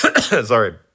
Sorry